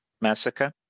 massacre